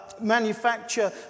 manufacture